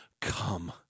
come